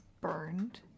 burned